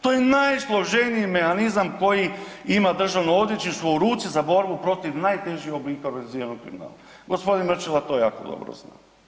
To je najsloženiji mehanizam koji ima državno odvjetništvo u ruci za borbu protiv najtežeg oblika organiziranog kriminala, g. Mrčela to jako dobro zna.